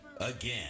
again